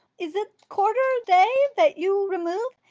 is it quarter day that you remove,